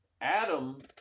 Adam